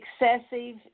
excessive